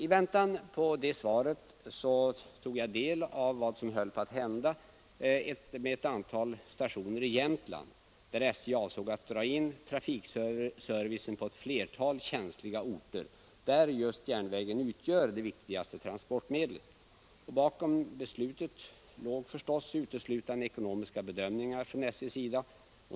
I väntan på interpellationssvaret tog jag del av vad som höll på att hända med ett antal stationer i Jämtland, där SJ avsåg att dra in trafikservicen på ett flertal känsliga orter, där järnvägen utgör det viktigaste transportmedlet. Bakom beslutet låg uteslutande ekonomiska bedömningar från SJ:s sida.